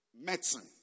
medicine